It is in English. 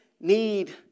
need